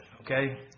okay